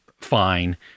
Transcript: fine